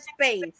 space